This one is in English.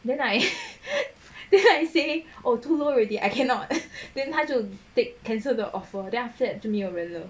then I say oh too low already I cannot then 他就 take cancel the offer then after that 就没有人了